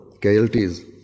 casualties